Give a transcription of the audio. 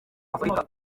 afurika